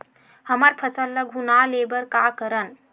हमर फसल ल घुना ले बर का करन?